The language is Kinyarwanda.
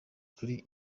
kuri